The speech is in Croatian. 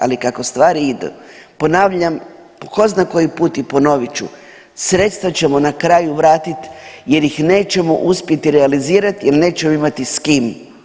Ali kako stvari idu, ponavljam tko zna koji put i ponovit ću, sredstva ćemo na kraju vratiti jer ih nećemo uspjeti realizirati jer nećemo imati s kim.